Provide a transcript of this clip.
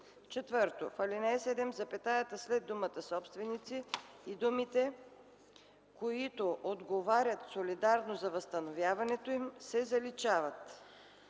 4. В ал. 7 запетаята след думата „собственици” и думите „които отговарят солидарно за възстановяването им” се заличават.